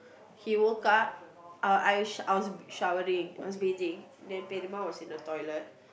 he woke up I I I was showering I was bathing then was in the toilet